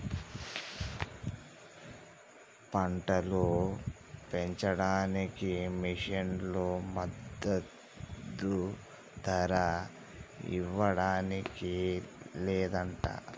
పంటలు పెంచడానికి మిషన్లు మద్దదు ధర ఇవ్వడానికి లేదంట